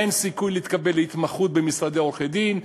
אין סיכוי להתקבל להתמחות במשרדי עורכי-דין,